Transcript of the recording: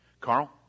Carl